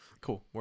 Cool